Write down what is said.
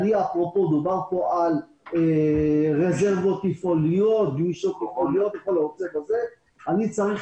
דובר פה על רזרבות טיפוליות וגמישות טיפולית אני צריך